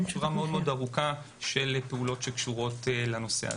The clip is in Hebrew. שורה מאוד ארוכה של פעולות שקשורות לנושא הזה.